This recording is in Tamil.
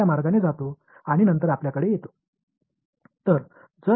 மறுபுறம் இதுபோன்ற ஒரு பாதை உங்களிடம் வந்து சேருகிறது